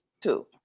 two